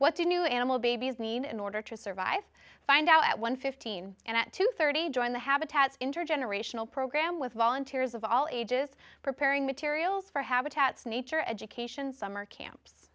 what the new animal babies need in order to survive find out at one fifteen and at two thirty join the habitat intergenerational program with volunteers of all ages preparing materials for habitats nature education summer camps